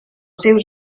seus